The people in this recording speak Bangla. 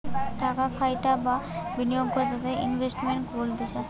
টাকা খাটাই বা বিনিয়োগ করে তাকে ইনভেস্টমেন্ট বলতিছে